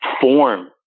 form